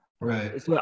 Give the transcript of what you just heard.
Right